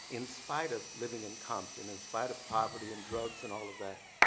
in spite of living in compton, in spite of poverty and drugs and all of that,